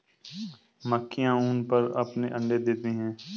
मक्खियाँ ऊन पर अपने अंडे देती हैं